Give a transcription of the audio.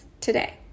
today